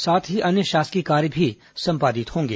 साथ ही अन्य शासकीय कार्य भी संपादित होंगे